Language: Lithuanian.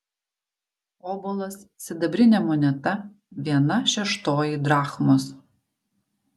obolas sidabrinė moneta viena šeštoji drachmos